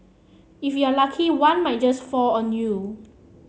if you're lucky one might just fall on you